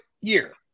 year